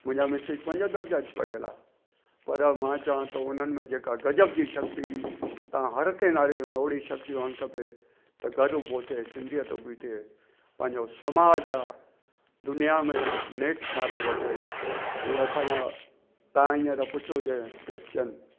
मुंहिंजा मिसिस पंज दर्ज़ा पढ़ियलु आहे पर मां चवा थो उन्हनि में जेका गज़ब जी शक्ती सां हर कंहिं न्याणीअ में ओहिड़ी शक्ति हुजणु खपे त घरो होतो सिंधीयत बि थिए पंहिंजो समाज आ दुनिया में नालो वठे इहे असांजा तव्हां हींअर पुछो जंहिं क्वैशन